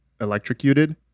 electrocuted